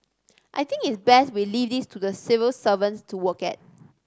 I think it's best we leave this to the civil servants to work at